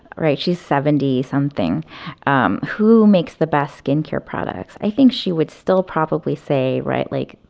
right, she's seventy something um who makes the best skin care products? i think she would still probably say, right, like,